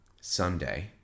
Sunday